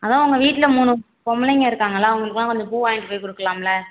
அதான் உங்கள் வீட்டில் மூணு பொம்பளைங்க இருக்காங்கல்ல அவங்களுக்கெல்லாம் கொஞ்சம் பூ வாங்கிட்டு போய் கொடுக்கலாம்ல